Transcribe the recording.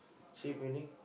cheap meaning